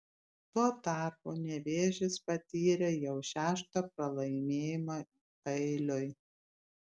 tuo tarpu nevėžis patyrė jau šeštą pralaimėjimą paeiliui